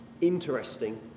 interesting